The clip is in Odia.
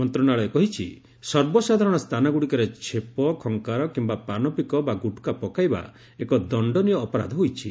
ମନ୍ତ୍ରଣାଳୟ କହିଛି ସର୍ବସାଧାରଣ ସ୍ଥାନଗୁଡ଼ିକରେ ଛେପ ଖଙ୍କାର କିମ୍ବା ପାନ ପିକ ବା ଗୁଟକା ପକାଇବା ଏକ ଦଶ୍ଚନିୟ ଅପରାଧ ହୋଇଛି